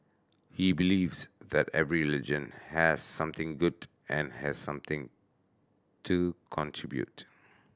he believes that every religion has something good and has something to contribute